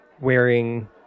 wearing